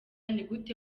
nigute